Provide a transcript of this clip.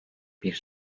bir